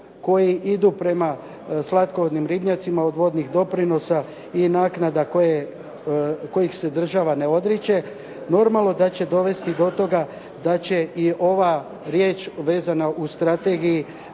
koji idu prema slatkovodnim ribnjacima od vodnih doprinosa i naknada kojih se država ne odriče normalno da će dovesti do toga da će i ova riječ vezana u strategiji